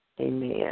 Amen